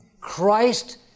Christ